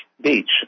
beach